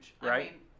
right